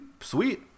sweet